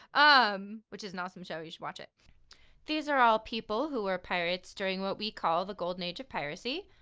um which is an awesome show. you should watch it these are all people who were pirates during what we call the golden age of piracy,